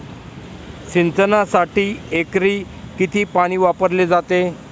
सिंचनासाठी एकरी किती पाणी वापरले जाते?